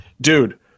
dude